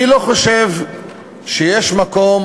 אני לא חושב שיש מקום